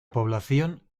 población